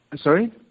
sorry